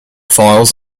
files